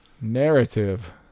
Narrative